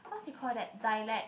what's it called that dialect